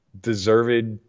deserved